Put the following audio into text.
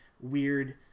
weird